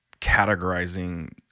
categorizing